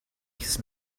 his